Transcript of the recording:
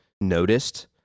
noticed